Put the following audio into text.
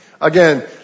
Again